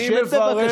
שב בבקשה.